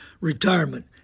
retirement